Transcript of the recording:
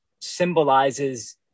symbolizes